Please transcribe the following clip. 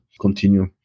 continue